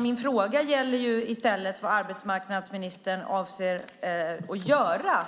Min fråga gällde vad arbetsmarknadsministern avser att göra